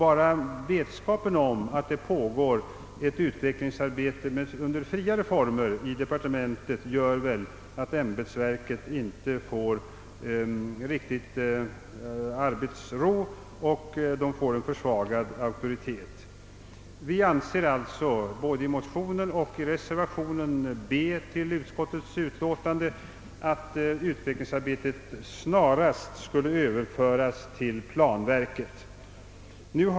Enbart vetskapen om att det pågår ett utvecklingsarbete under friare former i departementet gör väl att ämbetsverket inte får riktig arbetsro och en försvagad auktoritet. Vi anser alltså i både motionen och reservationen b) till utlåtandet, att utvecklingsarbetet snarast skall överföras till planverket.